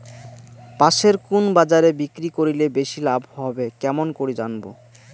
পাশের কুন বাজারে বিক্রি করিলে বেশি লাভ হবে কেমন করি জানবো?